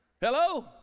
Hello